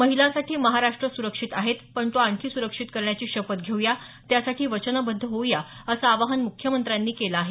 महिलांसाठी महाराष्ट्र सुरक्षित आहेच पण तो आणखी सुरक्षित करण्याची शपथ घेऊ या त्यासाठी वचनबद्ध होऊ या असं आवाहन मुख्यमंत्र्यांनी केलं आहे